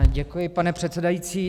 Děkuji, pane předsedající.